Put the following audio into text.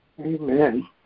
amen